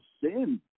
sin